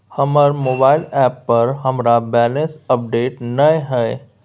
हमर mobile app पर हमरा बैलेंस अपडेट नय हय